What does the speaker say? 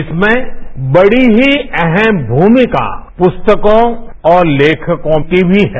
इसमें बड़ी ही अहम भूमिकापुस्तकों और लेखकों की भी है